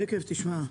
תכף תשמע.